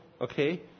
okay